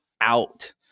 out